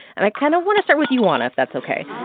and i kind of want to start with you, juana, if that's ok.